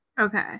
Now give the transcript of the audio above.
Okay